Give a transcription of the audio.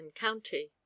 County